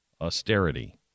Austerity